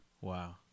Wow